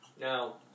Now